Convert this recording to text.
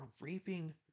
reaping